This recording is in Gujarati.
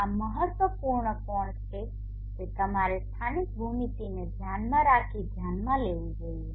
આ મહત્વપૂર્ણ કોણ છે કે તમારે સ્થાનિક ભૂમિતિને ધ્યાનમાં રાખીને ધ્યાનમાં લેવું જોઈએ